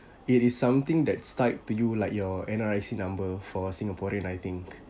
it is something that's tied to you like your N_R_I_C number for singaporean I think